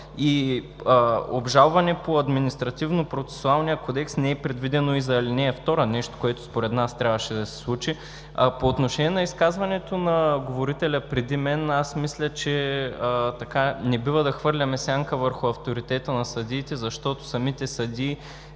обжалване по Административнопроцесуалния кодекс не е предвидено и за ал. 2 – нещо, което според нас трябваше да се случи. По отношение на изказването на говорещия преди мен, аз мисля, че не бива да хвърляме сянка върху авторитета на съдиите, защото самите съдии,